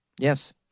Yes